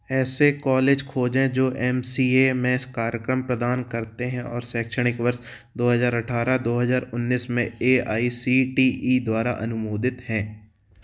ऐसे कॉलेज खोजें जो एम सी ए में कार्यक्रम प्रदान करते हैं और शैक्षणिक वर्ष दो हज़ार अठारह से दो हज़ार उन्नीस में A I C T E द्वारा अनुमोदित हैं